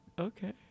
okay